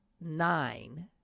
nine